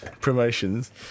promotions